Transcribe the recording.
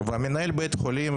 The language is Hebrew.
מנהל בית החולים,